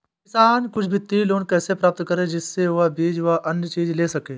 किसान कुछ वित्तीय लोन कैसे प्राप्त करें जिससे वह बीज व अन्य चीज ले सके?